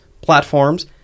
platforms